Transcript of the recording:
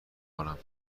کنم